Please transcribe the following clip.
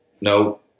no